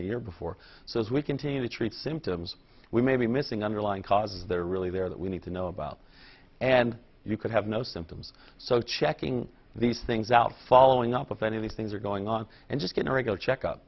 the year before so as we continue to treat symptoms we may be missing underlying causes that are really there that we need to know about and you could have no symptoms so checking these things out following up with any of these things are going on and just get a regular check up